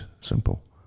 simple